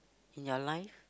in your life